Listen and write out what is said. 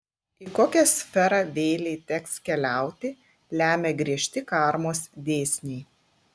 į kokią sferą vėlei teks keliauti lemia griežti karmos dėsniai